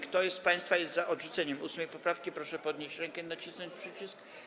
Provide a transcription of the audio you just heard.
Kto z państwa jest za odrzuceniem 8. poprawki, proszę podnieść rękę i nacisnąć przycisk.